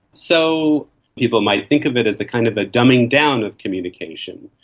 so people might think of it as a kind of ah dumbing-down of communication,